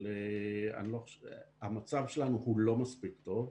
אבל המצב שלנו הוא לא מספיק טוב.